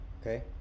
okay